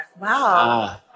Wow